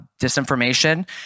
disinformation